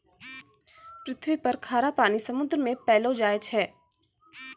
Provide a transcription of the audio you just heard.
पृथ्वी पर खारा पानी समुन्द्र मे पैलो जाय छै